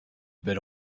belle